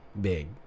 Big